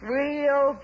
real